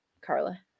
Carla